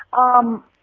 um,